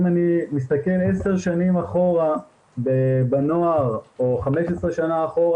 אם אני מסתכל עשר שנים אחורה בנוער או 15 שנה אחורה,